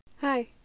Hi